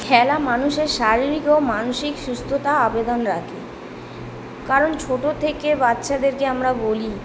খেলা মানুষের শারীরিক ও মানসিক সুস্থতা আবেদন রাখে কারণ ছোটো থেকে বাচ্চাদেরকে আমরা বলি